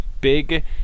big